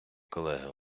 колеги